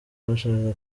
bashakaga